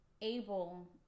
able